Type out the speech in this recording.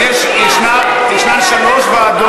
אז יש שלוש ועדות,